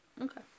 Okay